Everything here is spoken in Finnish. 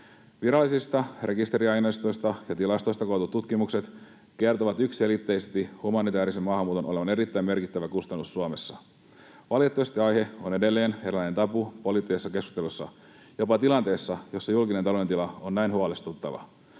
Virallisista rekisteriaineistoista ja tilastoista kootut tutkimukset kertovat yksiselitteisesti humanitäärisen maahanmuuton olevan erittäin merkittävä kustannus Suomessa. Valitettavasti aihe on edelleen eräänlainen tabu poliittisessa keskustelussa, jopa tilanteessa jossa julkisen talouden tila on näin huolestuttava.